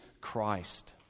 Christ